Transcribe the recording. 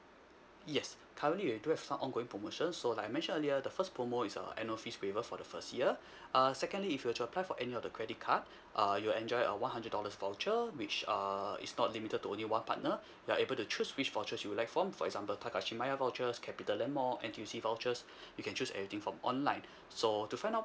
yes currently we do have some ongoing promotion so like I mentioned earlier the first promo is a annual fees waiver for the first year uh secondly if you were to apply for any of the credit card uh you will enjoy a one hundred dollars voucher which err is not limited to only one partner you're able to choose which vouchers you will like from for example takashimaya vouchers capitaland mall N_T_U_C vouchers you can choose everything from online so to find out